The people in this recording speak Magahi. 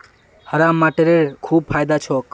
हरा मटरेर खूब फायदा छोक